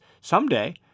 someday